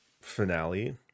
finale